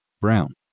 Brown